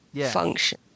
function